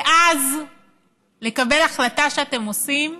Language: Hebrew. ואז לקבל החלטה שאתם עושים,